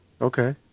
Okay